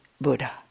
Buddha